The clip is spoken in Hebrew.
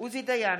עוזי דיין,